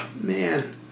man